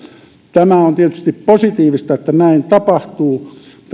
tämä on tietysti positiivista että näin tapahtuu mutta